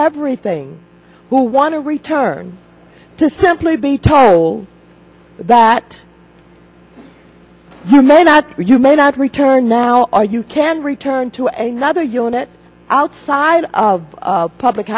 everything who want to return to simply be told that there may not you may not return now or you can return to a nother unit outside of public